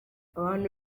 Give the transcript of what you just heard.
abantu